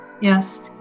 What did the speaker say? Yes